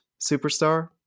superstar